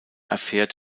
erfährt